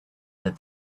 that